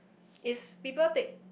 if people take